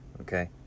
okay